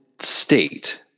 state